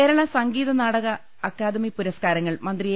കേരള സംഗീതനാടക അക്കാദമി പുരസ്കാരങ്ങൾ മന്ത്രി എ